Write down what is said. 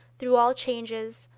through all changes,